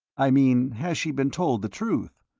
i mean has she been told the truth?